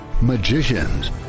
magicians